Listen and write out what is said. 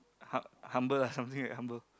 hum~ humble lah something like humble